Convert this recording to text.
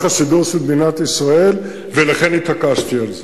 השידור של מדינת ישראל ולכן התעקשתי על זה.